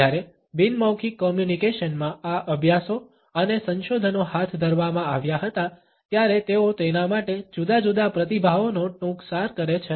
જ્યારે બિન મૌખિક કોમ્યુનિકેશનમાં આ અભ્યાસો અને સંશોધનો હાથ ધરવામાં આવ્યા હતા ત્યારે તેઓ તેના માટે જુદા જુદા પ્રતિભાવોનો ટૂંકસાર કરે છે